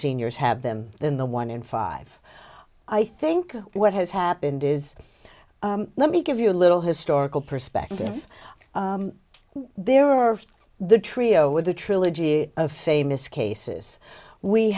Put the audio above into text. seniors have them than the one in five i think what has happened is let me give you a little historical perspective there are the trio with a trilogy of famous cases we